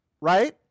right